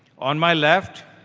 on my left,